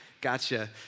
gotcha